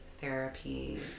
therapy